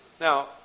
now